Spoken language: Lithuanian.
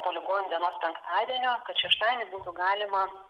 po ligonių dienos penktadienio šeštadienį būtų galima